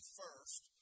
first